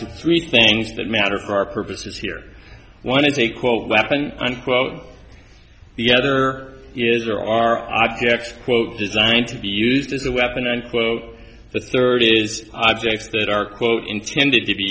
to three things that matter for our purposes here one is a quote unquote the other is there are objects quote designed to be used as a weapon unquote the third is objects that are quote intended to be